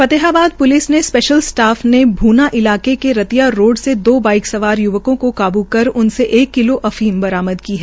Fatehabad police ने special staff ने भूना इलाके के रतिया रोड़ से दो बाइक सवार य्वकों को काबू कर उनसे एक किलो अफीम बरामद की है